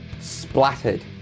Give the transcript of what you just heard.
splattered